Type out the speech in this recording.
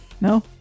no